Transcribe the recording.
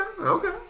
okay